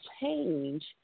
change